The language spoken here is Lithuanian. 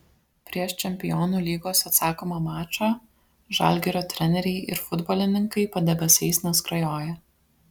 prieš čempionų lygos atsakomą mačą žalgirio treneriai ir futbolininkai padebesiais neskrajoja